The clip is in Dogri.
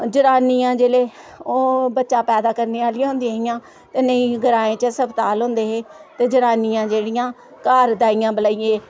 जनानियां जिसले बच्चा पेदा करने आलियां होंदिया हियां नेई ग्रांऽ च हस्पताल होंदे हे ते जनानियां जेहडियां घर दाइयां बलाइयै